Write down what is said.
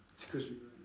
excuse me